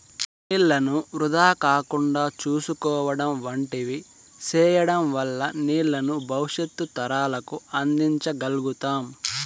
నీళ్ళను వృధా కాకుండా చూసుకోవడం వంటివి సేయడం వల్ల నీళ్ళను భవిష్యత్తు తరాలకు అందించ గల్గుతాం